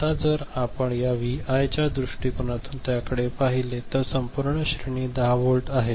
आता जर आपण या व्हीआय च्या दृष्टिकोनातून त्याकडे पाहिले तर संपूर्ण श्रेणी 10 व्होल्ट आहे